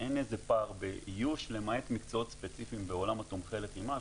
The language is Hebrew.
אין איזה פער באיוש למעט מקצועות ספציפיים בעולם תומכי הלחימה,